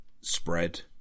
spread